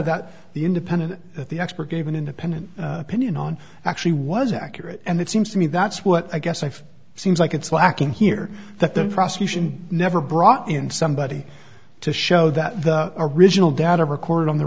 that the independent the expert gave an independent opinion on actually was accurate and it seems to me that's what i guess life seems like it's lacking here that the prosecution never brought in somebody to show that the original data recorded on the